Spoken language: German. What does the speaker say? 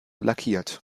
lackiert